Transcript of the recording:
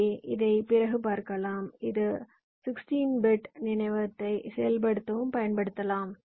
எனவே இதை பிறகு பார்க்கலாம் இது 16 பிட் நினைவகத்தை செயல்படுத்தவும் பயன்படுத்தப்படலாம்